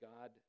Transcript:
God